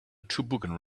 toboggan